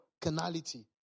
canality